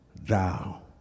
thou